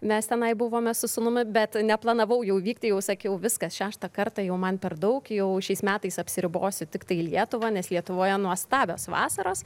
mes tenai buvome su sūnumi bet neplanavau jau vykti jau sakiau viskas šeštą kartą jau man per daug jau šiais metais apsiribosiu tiktai lietuva nes lietuvoje nuostabios vasaros